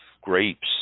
grapes